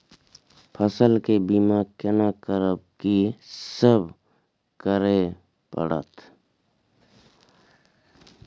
फसल के बीमा केना करब, की सब करय परत?